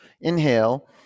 inhale